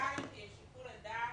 אבל שיקול הדעת,